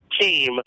team